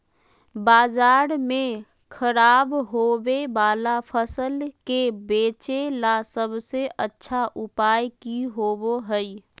बाजार में खराब होबे वाला फसल के बेचे ला सबसे अच्छा उपाय की होबो हइ?